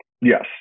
Yes